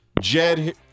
Jed